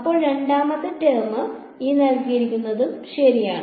അപ്പോൾ രണ്ടാമത്തെ ടേം ശരിയാണ്